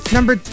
Number